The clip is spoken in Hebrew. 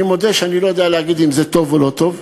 אני מודה שאני לא יודע להגיד אם זה טוב או לא טוב,